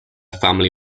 family